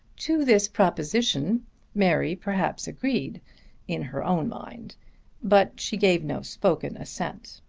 to this proposition mary perhaps agreed in her own mind but she gave no spoken assent.